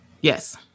Yes